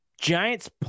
Giants